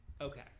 okay